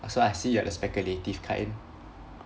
so I see you are the speculative kind